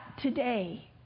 today